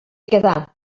quedà